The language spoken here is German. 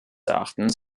erachtens